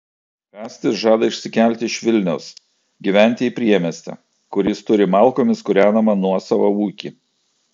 kastis žada išsikelti iš vilniaus gyventi į priemiestį kur jis turi malkomis kūrenamą nuosavą ūkį